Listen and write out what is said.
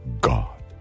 God